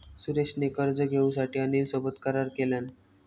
सुरेश ने कर्ज घेऊसाठी अनिल सोबत करार केलान